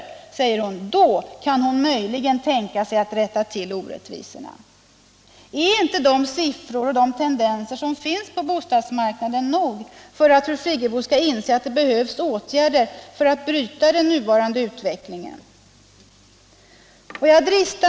Då kan fru Friggebo möj fråga om boendeligen tänka sig att rätta till orättvisorna. Är inte de siffror och de tendenser = kostnaderna vid som finns på bostadsmarknaden nog för att fru Friggebo skall inse att = olika besittningsfordet behövs åtgärder för att bryta den nuvarande utvecklingen?